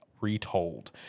Retold